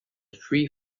three